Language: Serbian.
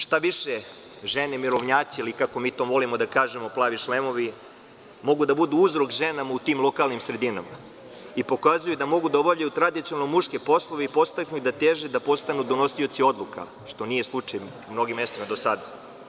Šta više, žene mirovnjaci ili, kako mi to volimo da kažemo, „plavi šlemovi“, mogu da budu uzor ženama u tim sredinama i pokazuju da mogu da obavljaju tradicionalne muške poslove i podstaknu ih da teže da postanu donosioci odluka, što nije slučaj u mnogim mestima do sada.